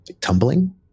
Tumbling